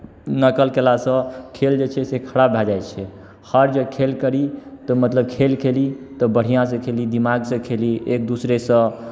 नकल कयलासँ खेल जे छै से खराप भए जाइ छै हर जे खेल करी तऽ मतलब खेल खेली तऽ बढ़िआँसँ खेली दिमागसँ खेली एक दोसरेसँ